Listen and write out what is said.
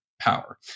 power